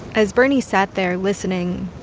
as bernie sat there listening,